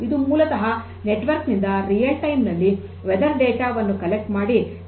ಇದು ಮೂಲತಃ ನೆಟ್ವರ್ಕ್ ನಿಂದ ನೈಜ ಸಮಯದಲ್ಲಿ ಹವಾಮಾನ ಡೇಟಾ ವನ್ನು ಸಂಗ್ರಹಿಸಿ ಸಾಗಿಸುತ್ತದೆ